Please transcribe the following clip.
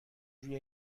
روی